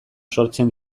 sortzen